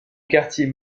quartier